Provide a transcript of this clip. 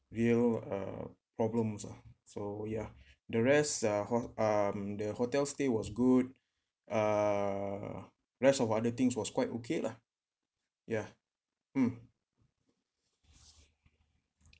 real uh problems ah so ya the rest uh ho~ um the hotel stay was good uh rest of other things was quite okay lah yeah mm